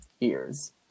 ears